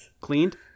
cleaned